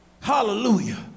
Hallelujah